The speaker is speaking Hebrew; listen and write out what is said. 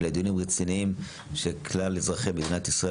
אלה דיונים רציניים שכלל אזרחי מדינת ישראל